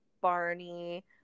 Barney